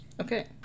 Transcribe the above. Okay